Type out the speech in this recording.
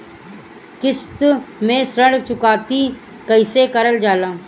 किश्त में ऋण चुकौती कईसे करल जाला?